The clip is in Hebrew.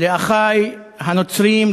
לאחי הנוצרים,